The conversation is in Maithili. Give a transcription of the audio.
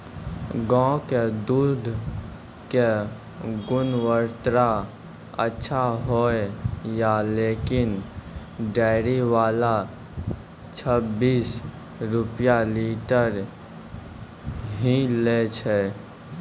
गांव के दूध के गुणवत्ता अच्छा होय या लेकिन डेयरी वाला छब्बीस रुपिया लीटर ही लेय छै?